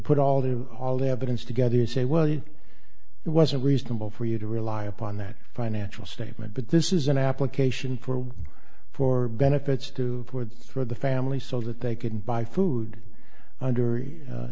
put all that all the evidence together and say well it wasn't reasonable for you to rely upon that financial statement but this is an application for for benefits to forward through the family so that they can buy food under